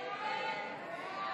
הסתייגות 18 לא